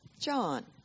John